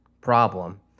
problem